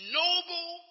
noble